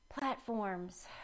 platforms